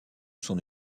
son